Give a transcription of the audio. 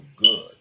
good